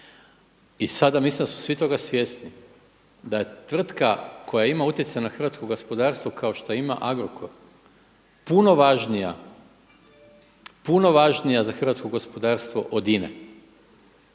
i sada mislim da su svi toga svjesni, da je tvrtka koja ima utjecaj na hrvatsko gospodarstvo kao što ima Agrokor puno važnija, puno važnija za hrvatsko gospodarstvo od INA-e.